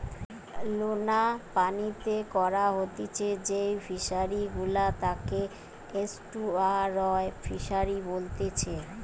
লোনা পানিতে করা হতিছে যেই ফিশারি গুলা তাকে এস্টুয়ারই ফিসারী বলেতিচ্ছে